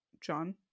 John